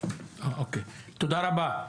תודה רבה.